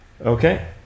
Okay